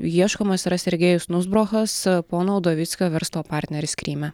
ieškomas yra sergėjus nuzbrochas pono udovickio verslo partneris kryme